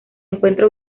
encuentra